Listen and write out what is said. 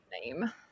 Name